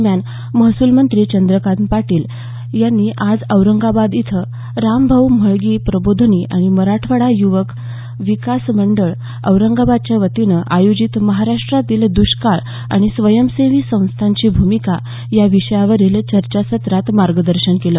दरम्यान महसुलमंत्री चंद्रकांत पाटील यांनी आज औरंगाबाद इथं रामभाऊ म्हळगी प्रबोधिनी आणि मराठवाडा युवक विकास मंडळ औरंगाबादच्या वतीनं आयोजित महाराष्ट्रातील द्र्ष्काळ आणि स्वयंसेवी संस्थांची भुमिका या विषयावरील चर्चा सत्रातही मार्गदर्शन केलं